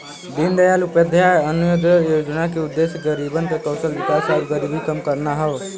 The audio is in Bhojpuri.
दीनदयाल उपाध्याय अंत्योदय योजना क उद्देश्य गरीबन क कौशल विकास आउर गरीबी कम करना हौ